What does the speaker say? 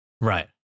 right